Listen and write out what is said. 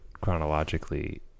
chronologically